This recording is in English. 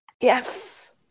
Yes